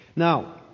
Now